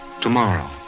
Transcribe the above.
Tomorrow